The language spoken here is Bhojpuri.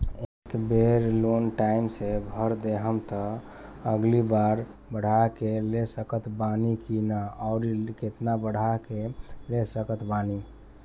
ए बेर लोन टाइम से भर देहम त अगिला बार बढ़ा के ले सकत बानी की न आउर केतना बढ़ा के ले सकत बानी?